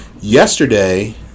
yesterday